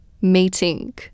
meeting